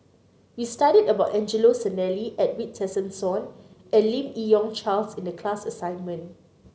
we studied about Angelo Sanelli Edwin Tessensohn and Lim Yi Yong Charles in the class assignment